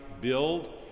build